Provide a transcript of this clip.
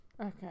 Okay